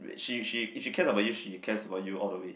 she she if she cares about you she cares about you all the way